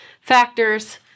factors